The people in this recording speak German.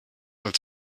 als